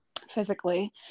physically